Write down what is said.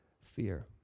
fear